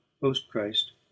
Post-Christ